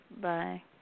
Bye